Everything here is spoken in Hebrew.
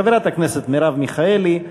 חברת הכנסת מרב מיכאלי,